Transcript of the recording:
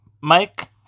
Mike